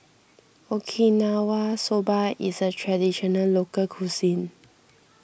Okinawa Soba is a Traditional Local Cuisine